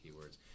keywords